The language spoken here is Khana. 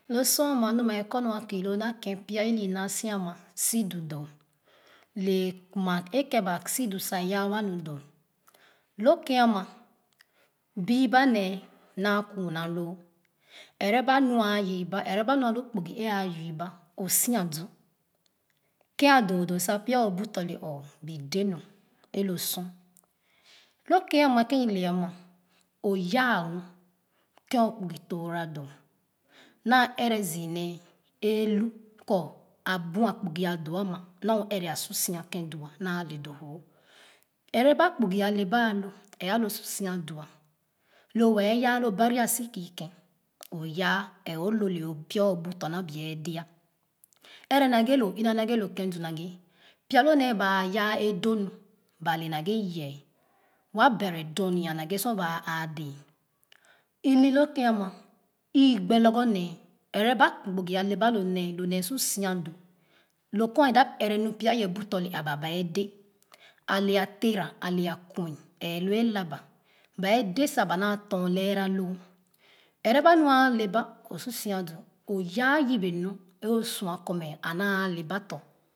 Lo sua ama nu mɛ kɔ nu kii loo naa ken pya ili naa si ama si du doo le kuma e ken ba si du sa yaa wa nu du lo ken ama biiba nee naa kuunaaloo ɛrɛ ba nu e ayiiba ɛrɛ ba nu alu kpugi e a yiiba o sia du ke'n adoo doo sa pya o bu tɔ̄ lɛ ɔɔ bee de nu e lo sor lo ken ama ken i le ama o yaa mu ken o kpugi toora doo naa ɛrɛ zii nee eelu kɔ abua kpugo a doo ama nu ɛrɛ a su si ken du naa le doo wo ɛrɛ ba kpugi ale ba alo e alo su sia dua lo wɛɛ yaa lo ban a si kii ken o yaa lɛɛ lo nee pya o bue tɔ̄ naa bi ken du naghe pya loo nee ba yaa e doo nu ba le naghe i yee wa bere dorni naghe sor baa aa dɛɛ ili lo ken ama ii gbe lorgor nee ɛrɛ bu kpugi ale ba nee o nee su sia du lo kɔ a da ɛrɛ nu pya ye bu tɔ̄ ne aba ba'e de ale a tera ale akui lɛɛ lo elaba ba de sa ba naa tom lɛɛra loo ɛrɛ nu ale ba o su sia du o yaa yebe nu o sua kɔ mɛ a naa le ba tɔ̄.